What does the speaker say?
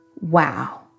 Wow